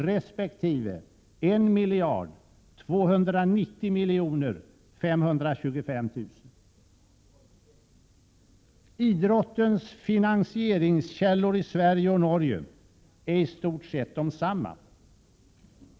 resp. 1 290 525 000 kr. Idrottens finansieringskällor är i stort sett desamma i Sverige och Norge.